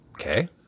Okay